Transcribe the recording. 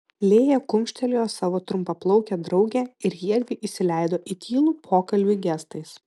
lėja kumštelėjo savo trumpaplaukę draugę ir jiedvi įsileido į tylų pokalbį gestais